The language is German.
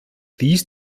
dies